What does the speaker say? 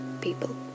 people